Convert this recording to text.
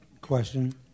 question